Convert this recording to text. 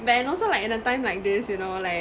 but and also like in a time like this you know like